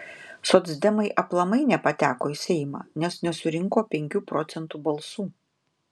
socdemai aplamai nepateko į seimą nes nesurinko penkių procentų balsų